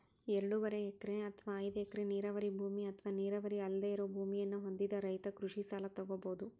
ಎರಡೂವರೆ ಎಕರೆ ಅತ್ವಾ ಐದ್ ಎಕರೆ ನೇರಾವರಿ ಭೂಮಿ ಅತ್ವಾ ನೇರಾವರಿ ಅಲ್ದೆ ಇರೋ ಭೂಮಿಯನ್ನ ಹೊಂದಿದ ರೈತ ಕೃಷಿ ಸಲ ತೊಗೋಬೋದು